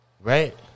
Right